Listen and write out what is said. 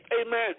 amen